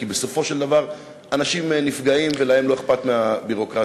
כי בסופו של דבר אנשים נפגעים ולהם לא אכפת מהביורוקרטיה.